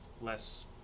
less